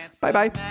Bye-bye